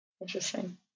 Interesting